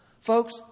Folks